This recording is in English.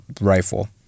rifle